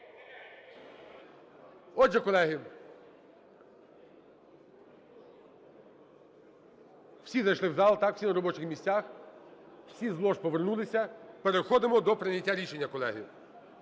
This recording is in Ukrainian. Отже, колеги, всі зайшли в зал, так, всі на робочих місцях, всі з лож повернулися. Переходимо до прийняття рішення, колеги.